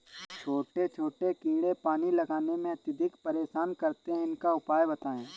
छोटे छोटे कीड़े पानी लगाने में अत्याधिक परेशान करते हैं इनका उपाय बताएं?